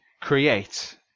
create